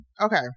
okay